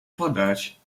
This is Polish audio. podać